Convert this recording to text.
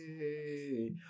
Yay